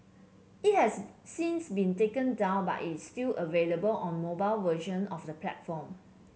it has since been taken down but it still available on mobile version of the platform